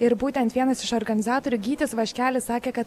ir būtent vienas iš organizatorių gytis vaškelis sakė kad